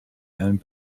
and